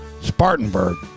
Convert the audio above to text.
Spartanburg